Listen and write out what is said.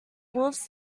wolves